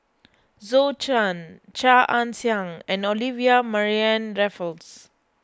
Zhou Can Chia Ann Siang and Olivia Mariamne Raffles